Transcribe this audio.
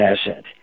asset